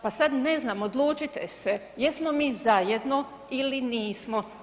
Pa sada ne znam, odlučite se jesmo mi zajedno ili nismo.